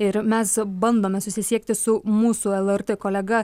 ir mes bandome susisiekti su mūsų lrt kolega